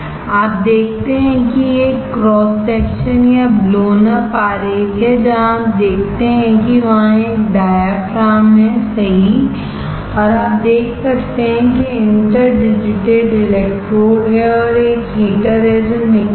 आप देखते हैं कि यह एक क्रॉस सेक्शन या Blown up आरेख है जहाँ आप देखते हैं कि वहाँ एक डायाफ्राम हैसही और आप देख सकते हैं कि इंटर डिजिटेड इलेक्ट्रोड हैं और एक हीटर है जो निकल है